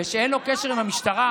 וכשאין לו קשר עם המשטרה,